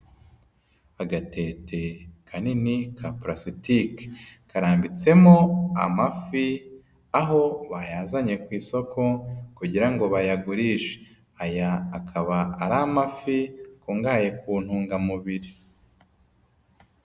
Agatete kanini ka purasitike. Karambitsemo amafi aho bayazanye ku isoko kugira ngo bayagurishe. Aya akaba ari amafi akungahaye ku ntungamubiri.